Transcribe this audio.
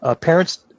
parents